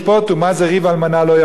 מה זה "ריב אלמנה לא יבוא"?